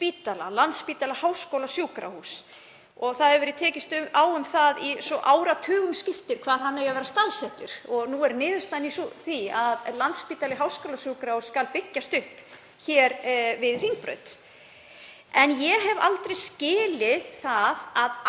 Landspítala – háskólasjúkrahús, og nú hefur verið tekist á um það svo áratugum skiptir hvar hann eigi að vera staðsettur. Nú er niðurstaðan í því að Landspítali – háskólasjúkrahús skuli byggjast upp við Hringbraut. Ég hef aldrei skilið það að